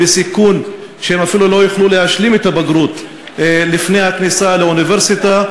בסיכון שהם אפילו לא יוכלו להשלים את הבגרות לפני הכניסה לאוניברסיטה.